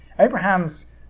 Abraham's